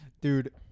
Dude